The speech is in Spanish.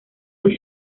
los